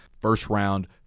first-round